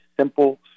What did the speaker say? simple